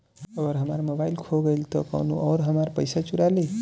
अगर हमार मोबइल खो गईल तो कौनो और हमार पइसा चुरा लेइ?